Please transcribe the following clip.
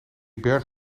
naar